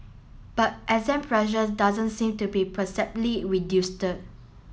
but exam pressure doesn't seem to be reduce